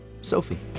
sophie